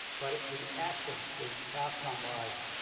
but at the essence, the outcome was,